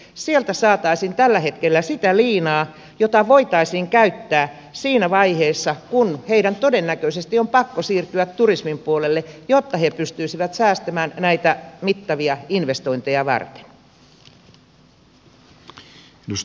sieltä saataisiin tällä hetkellä sitä liinaa jota voitaisiin käyttää siinä vaiheessa kun heidän todennäköisesti on pakko siirtyä turismin puolelle jotta he pystyisivät säästämään näitä mittavia investointeja varten